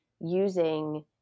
using